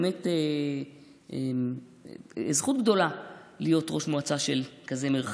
זו באמת זכות גדולה להיות ראש מועצה של כזה מרחב.